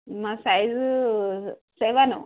మా size seven